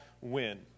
win